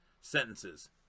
sentences